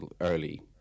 early